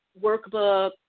workbook